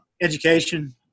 education